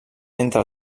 entre